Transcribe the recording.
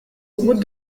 route